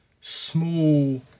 small